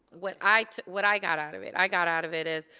what i what i got out of it. i got out of it is,